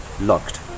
locked